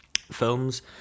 films